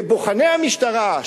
בוחני המשטרה,